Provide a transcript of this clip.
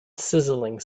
sizzling